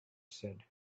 said